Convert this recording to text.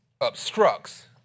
obstructs